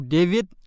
David